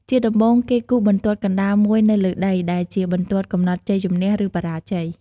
ជាដំបូង គេគូសបន្ទាត់កណ្ដាលមួយនៅលើដី ដែលជាបន្ទាត់កំណត់ជ័យជម្នះ ឬបរាជ័យ។